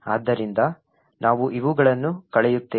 ಆದ್ದರಿಂದ ನಾವು ಇವುಗಳನ್ನು ಕಳೆಯುತ್ತೇವೆ